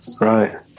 Right